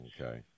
Okay